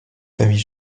famille